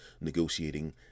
negotiating